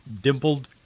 dimpled